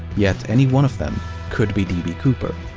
yet any one of them could be d. b. cooper.